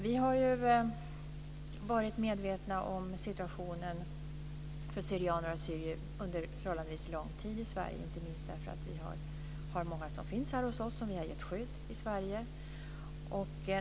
Vi har varit medvetna om situationen för syrianer och assyrier under förhållandevis lång tid i Sverige, inte minst därför att många som vi har gett skydd här i Sverige finns här hos oss.